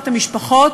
נבחר.